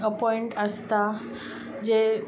appoint आसता जे